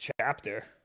Chapter